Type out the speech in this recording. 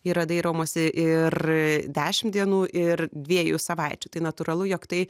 yra dairomasi ir dešimt dienų ir dviejų savaičių tai natūralu jog tai